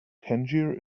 tangier